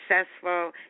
successful